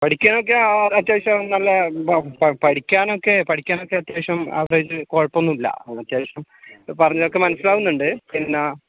പഠിക്കാനൊക്കെ ആ അത്യാവശ്യം നല്ല പഠിക്കാനൊക്കെ പഠിക്കാനൊക്കെ അത്യാവശ്യം ആവറേജ് കുഴപ്പമൊന്നുമില്ല അവൻ അത്യവശ്യം പറഞ്ഞതൊക്കെ മനസിലാകുന്നുണ്ട് പിന്നെ